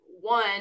one